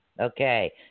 Okay